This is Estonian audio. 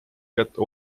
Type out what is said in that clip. kätte